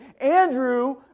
Andrew